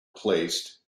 placed